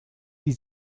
die